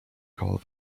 call